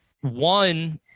one